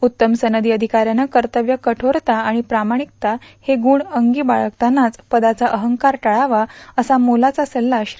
उत्तम सनदी अधिकाऱ्यानं कर्तव्य कठोरता आणि प्रामाणिकता हे गुण अंगी बाळगतानाच पदाचा अरंकार टाळावा असा मोलाचा सल्ला श्री